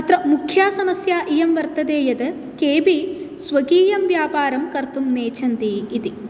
अत्र मुख्या समस्या इयं वर्तते यत् केऽपि स्वकीयं व्यापारं कर्तुं नेच्छन्ति इति